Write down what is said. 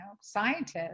scientists